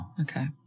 okay